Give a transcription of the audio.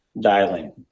dialing